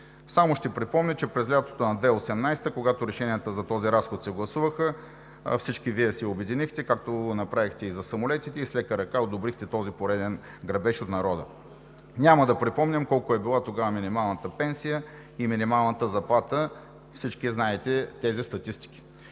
Само ще припомня, че през лятото на 2018 г., когато решенията за този разход се гласуваха, всички Вие се обединихте, както го направихте и за самолетите, и с лека ръка одобрихте този пореден грабеж от народа. Няма да припомням колко е била тогава минималната пенсия и минималната заплата. Всички знаете тези статистики.